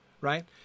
right